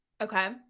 Okay